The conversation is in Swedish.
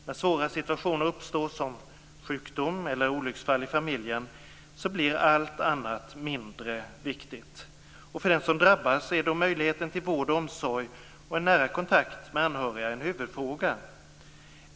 När svårare situationer uppstår, som vid sjukdom eller olycksfall i familjen, blir allt annat mindre viktigt. För den som drabbas är möjligheten till vård och omsorg och en nära kontakt med anhöriga en huvudfråga.